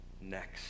next